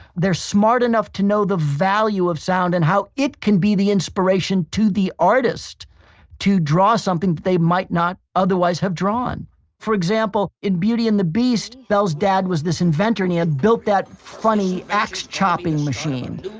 they're smart enough to know the value of sound and how it can be the inspiration to the artist to draw something that they might not otherwise have drawn for example, in beauty and the beast belle's dad was this inventor and he had built that funny ax chopping machine.